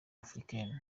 afrifame